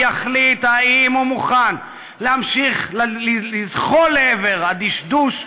והעם יחליט אם הוא מוכן להמשיך לזחול לעבר הדשדוש,